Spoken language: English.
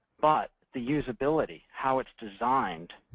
but the usability, how it's designed,